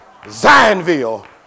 Zionville